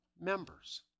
members